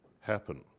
happen